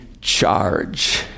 charge